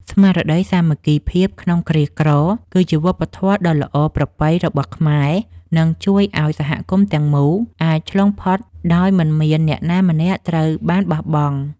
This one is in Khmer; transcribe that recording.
ស្មារតីសាមគ្គីភាពក្នុងគ្រាក្រគឺជាវប្បធម៌ដ៏ល្អប្រពៃរបស់ខ្មែរ និងជួយឱ្យសហគមន៍ទាំងមូលអាចឆ្លងផុតការលំបាកដោយមិនមានអ្នកណាម្នាក់ត្រូវបានបោះបង់។